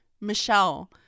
michelle